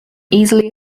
easily